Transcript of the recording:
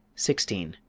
sixteen.